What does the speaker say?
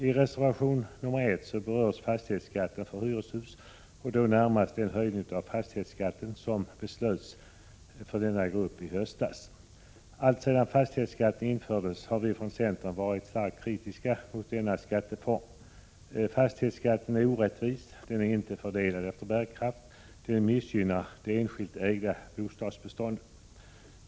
I reservation nr 1 berörs fastighetsskatten för hyreshus, och då närmast den höjning som i höstas beslöts för denna grupp. Ända sedan fastighetsskatten infördes har vi från centern varit starkt kritiska mot denna skatteform. Fastighetsskatten är orättvis. Den är inte fördelad efter bärkraft och missgynnar det enskilt ägda bostadsbeståndet.